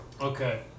Okay